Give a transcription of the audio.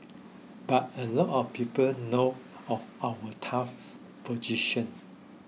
but a lot of people know of our tough position